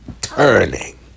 turning